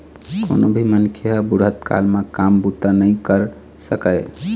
कोनो भी मनखे ह बुढ़त काल म काम बूता नइ कर सकय